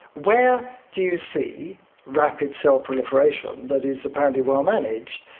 where do you see rapid cell proliferation that is apparently well-managed,